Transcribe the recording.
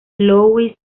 louis